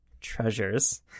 treasures